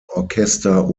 orchester